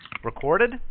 recorded